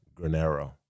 Granero